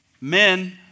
Men